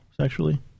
sexually